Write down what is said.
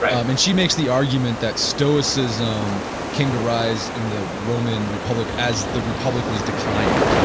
um and she makes the argument that stoicism can to rise in the roman republic as the republic was declining,